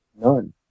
None